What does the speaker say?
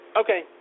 Okay